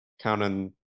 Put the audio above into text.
counting